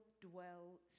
dwell